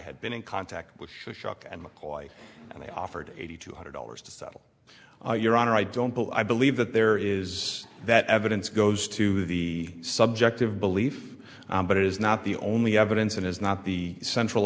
had been in contact with shock and mccoy and they offered eighty two hundred dollars to settle your honor i don't believe i believe that there is that evidence goes to the subjective belief but it is not the only evidence and is not the central